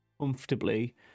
comfortably